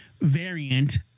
variant